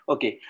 Okay